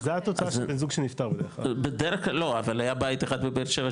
לא, זו התוצאה של בן זוג שנפטר, בדרך כלל.